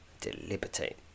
deliberate